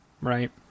right